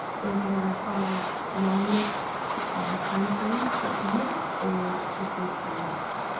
those are our longest time frame for comments. they are received three weeks.